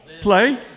play